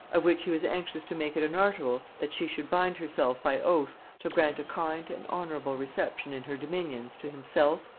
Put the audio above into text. of which he was anxious to make it an article, that she should bind herself by oath to grant a kind and honorable reception in her dominions to himself,